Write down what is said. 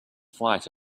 flight